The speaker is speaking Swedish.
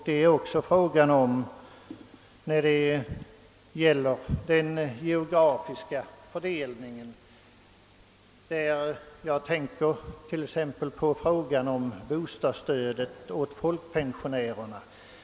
Det är här också fråga om den geografiska fördelningen. Jag tänker t.ex. på frågan om bostadsstödet åt folkpensionärerna.